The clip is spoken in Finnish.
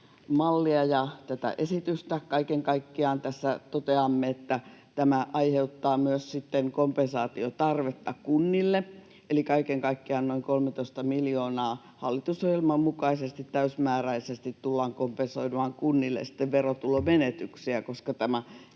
tätä esitystä kaiken kaikkiaan. Tässä toteamme, että tämä aiheuttaa myös sitten kompensaatiotarvetta kunnille, eli kaiken kaikkiaan noin 13 miljoonaa, hallitusohjelman mukaisesti, täysimääräisesti tullaan kompensoimaan kunnille verotulomenetyksiä. Koska